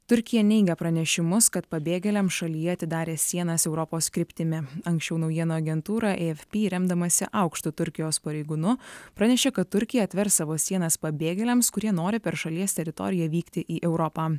turkija neigia pranešimus kad pabėgėliam šalyje atidarė sienas europos kryptimi anksčiau naujienų agentūra afp remdamasi aukštu turkijos pareigūnu pranešė kad turkija atvers savo sienas pabėgėliams kurie nori per šalies teritoriją vykti į europą